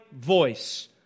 voice